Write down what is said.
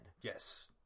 yes